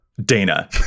Dana